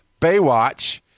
Baywatch